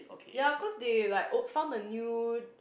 ya cause they like oh found the new